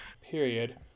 period